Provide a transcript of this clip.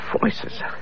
Voices